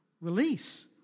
release